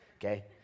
Okay